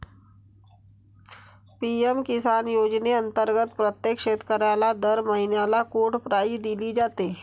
PM Kisan योजनेअंतर्गत प्रत्येक शेतकऱ्याला दर महिन्याला कोड प्राईज दिली जाते